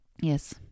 Yes